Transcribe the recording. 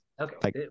Okay